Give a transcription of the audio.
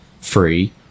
free